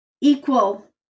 equal